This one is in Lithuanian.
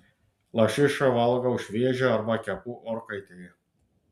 lašišą valgau šviežią arba kepu orkaitėje